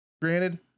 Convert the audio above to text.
granted